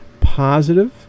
positive